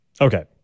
Okay